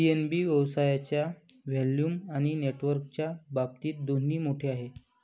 PNB व्यवसायाच्या volume आणि नेटवर्कच्या बाबतीत दोन्ही मोठे आहे